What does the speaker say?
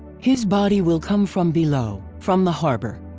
his body will come from below, from the harbor.